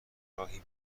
راهی